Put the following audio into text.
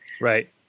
Right